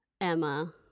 Emma